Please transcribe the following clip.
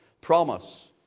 promise